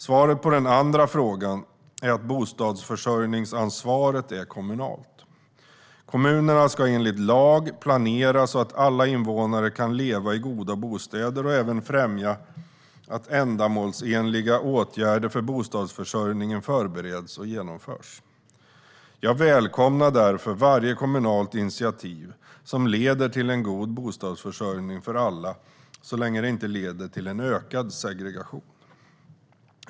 Svaret på den andra frågan är att bostadsförsörjningsansvaret är kommunalt. Kommunerna ska enligt lag planera så att alla invånare kan leva i goda bostäder och även främja att ändamålsenliga åtgärder för bostadsförsörjningen förbereds och genomförs. Jag välkomnar därför varje kommunalt initiativ som leder till en god bostadsförsörjning för alla, så länge detta inte leder till ökad segregation.